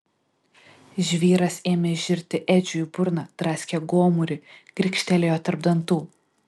žvyras ėmė žirti edžiui į burną draskė gomurį grikštelėjo tarp dantų